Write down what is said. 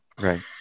Right